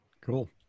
Cool